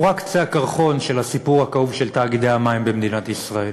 הוא רק קצה הקרחון של הסיפור הכאוב של תאגידי המים במדינת ישראל,